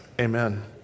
Amen